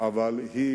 אבל היא,